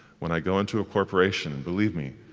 when i go into a corporation, believe me,